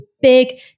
big